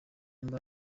mba